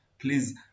please